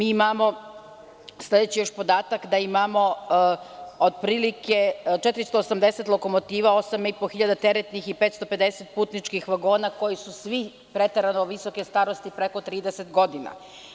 Imamo i sledeći podatak, da imamo otprilike 480 lokomotiva, 8,5 hiljada teretnih i 550 putničkih vagona koji su svi preterano visoke starosti preko 30 godina.